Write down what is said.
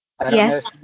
Yes